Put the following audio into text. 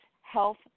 health